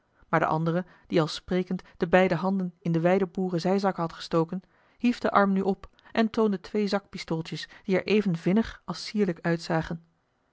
maar de andere die al sprekend de beide handen in de wijde boeren zijzakken had gestoken hief de arm nu op en toonde twee zakpistooltjes die er even vinnig als sierlijk uitzagen